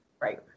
right